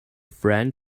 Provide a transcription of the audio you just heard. friend